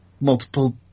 multiple